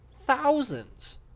Thousands